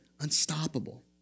unstoppable